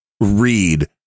read